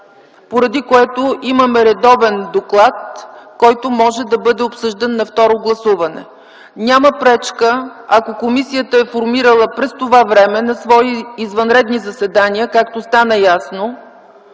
поради което имаме редовен доклад, който може да бъде обсъждан на второ гласуване. Няма пречка, ако комисията е формирала през това време на свои извънредни заседания, както стана ясно,